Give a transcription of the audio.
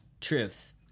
truth